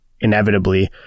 inevitably